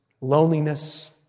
loneliness